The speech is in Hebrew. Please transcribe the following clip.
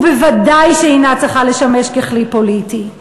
ובוודאי שהיא אינה צריכה לשמש כלי פוליטי.